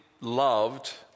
loved